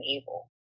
evil